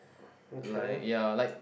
okay